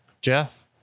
Jeff